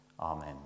Amen